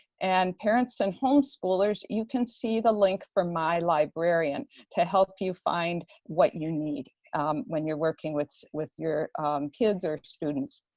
and parents and home schoolers, you can see the link for my librarians to help you find what you need when you're working with with your kids or students.